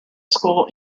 school